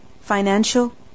financial